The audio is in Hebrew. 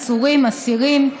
עצורים ואסירים,